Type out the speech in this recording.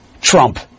Trump